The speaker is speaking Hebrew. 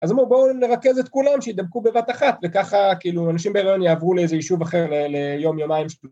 אז אמרו בואו נרכז את כולם שהתדבקו בבת אחת וככה כאילו נשים בהריון יעברו לאיזה יישוב אחר ליום יומיים